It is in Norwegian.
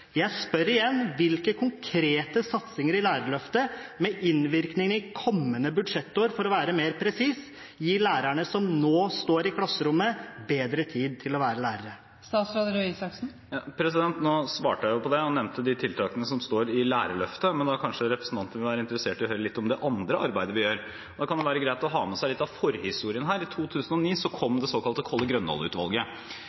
Jeg spør igjen, for å være mer presis: Hvilke konkrete satsinger i Lærerløftet med innvirkning på kommende budsjettår gir lærerne som nå står i klasserommet, bedre tid til å være lærere? Nå svarte jeg jo på det. Jeg nevnte de tiltakene som står i Lærerløftet, men kanskje representanten da vil være interessert i å høre litt om det andre arbeidet vi gjør. Da kan det være greit å ha med seg litt av forhistorien her. I 2009